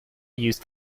used